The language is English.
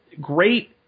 great